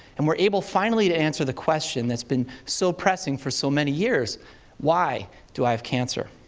and we're able, finally, to answer the question that's been so pressing for so many years why do i have cancer?